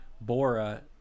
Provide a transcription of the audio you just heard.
Bora